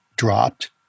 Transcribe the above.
dropped